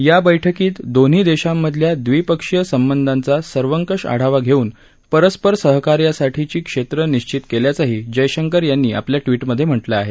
या बैठकीत दोन्ही देशांमधल्या द्विपक्षीय संबंधांचा सर्वकष आढावा घेऊन परस्पर सहकार्यासाठीची क्षेत्र निश्चित केल्याचंही जयशंकर यांनी आपल्या ट्विटमध्ये म्हटलं आहे